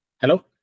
hello